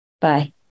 Bye